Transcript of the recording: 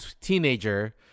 teenager